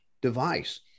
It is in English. device